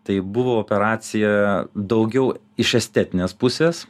tai buvo operacija daugiau iš estetinės pusės